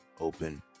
open